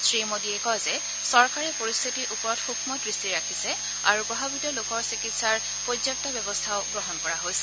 শ্ৰীমোডীয়ে কয় যে চৰকাৰে পৰিস্থিতিৰ ওপৰত সৃক্ষ দৃষ্টি ৰাখিছে আৰু প্ৰভাৱিত লোকৰ চিকিৎসাৰ পৰ্যাপ্ত ব্যৱস্থাও গ্ৰহণ কৰা হৈছে